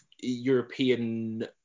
European